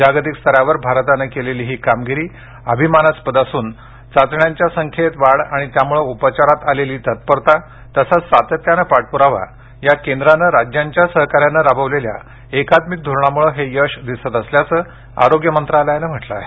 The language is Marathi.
जागतिक स्तरावर भारताने केलेली ही कामगिरी अभिमानास्पद असून चाचण्याच्या संख्येत वाढ आणि त्यामुळे उपचारात आलेली तत्परता तसच सातत्याने पाठपुरावा या केंद्राने राज्यांच्या सहकार्याने राबवलेल्या एकात्मिक धोरणामुळे हे यश दिसत असल्याचं आरोग्य मंत्रालयाने म्हंटल आहे